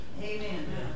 Amen